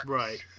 right